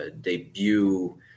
debut